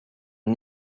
and